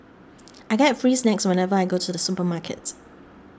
I get free snacks whenever I go to the supermarket